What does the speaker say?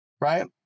right